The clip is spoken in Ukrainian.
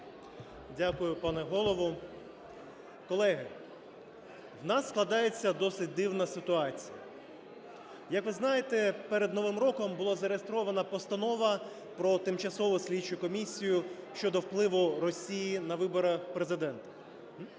Дякую пане Голово. Колеги, у нас складається досить дивна ситуація. Як ви знаєте, перед Новим роком була зареєстрована Постанова про Тимчасову слідчу комісію щодо впливу Росії на вибори Президента.